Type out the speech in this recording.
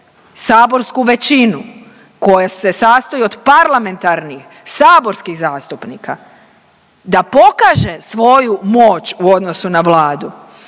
saborsku većinu koja se sastoji od parlamentarnih saborskih zastupnika da pokaže svoju moć u odnosu na Vladu